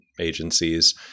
agencies